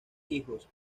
hijos